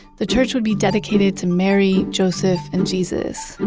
the church would be dedicated to mary, joseph, and jesus.